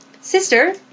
Sister